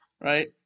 right